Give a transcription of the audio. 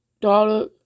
Dollar